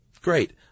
Great